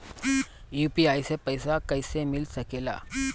UPI से पइसा कईसे मिल सके ला?